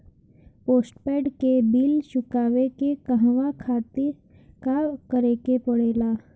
Postpaid के bill चुकावे के कहवा खातिर का करे के पड़ें ला?